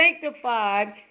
sanctified